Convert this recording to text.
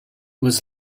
was